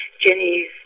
Jenny's